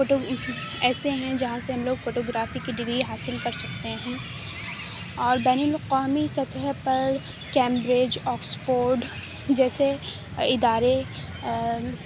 photo ایسے ہیں جہاں سے ہم لوگ فوٹوگرافی کی ڈگری حاصل کر سکتے ہیں اور بین الاقوامی سطح پر کیمبرج آکسفورڈ جیسے ادارے